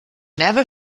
never